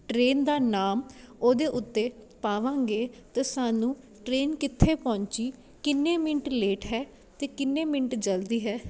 train ਦਾ ਨਾਮ ਉਹਦੇ ਉੱਤੇ ਪਾਵਾਂਗੇ ਤਾਂ ਸਾਨੂੰ ਟ੍ਰੇਨ ਕਿੱਥੇ ਪਹੁੰਚੀ ਕਿੰਨੇ ਮਿੰਟ ਲੇਟ ਹੈ ਅਤੇ ਕਿੰਨੇ ਮਿੰਟ ਜਲਦੀ ਹੈ